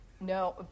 No